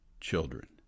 children